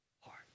heart